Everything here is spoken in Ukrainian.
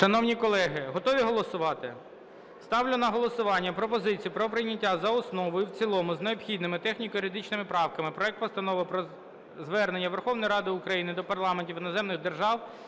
Шановні колеги, готові голосувати? Ставлю на голосування пропозицію про прийняття за основу і в цілому з необхідними техніко-юридичними правками проект Постанови про Звернення Верховної Ради України до парламентів іноземних держав